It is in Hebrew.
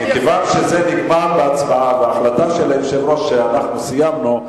מכיוון שזה נגמר בהצבעה וההחלטה של היושב-ראש שאנחנו סיימנו,